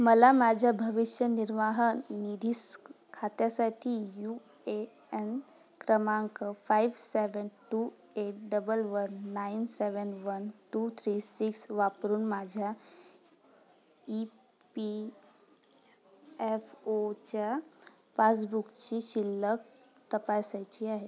मला माझ्या भविष्य निर्वाह निधीस् खात्यासाठी यू ए एन क्रमांक five seven two eight double one nine seven one two three six वापरून माझ्या ई पी एफ ओच्या पासबुकची शिल्लक तपासायची आहे